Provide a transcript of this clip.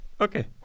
Okay